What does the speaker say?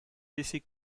laisser